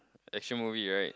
action movie right